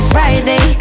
Friday